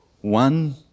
One